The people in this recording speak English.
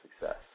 success